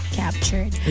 captured